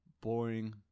Boring